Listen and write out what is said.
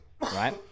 Right